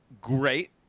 Great